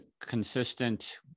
consistent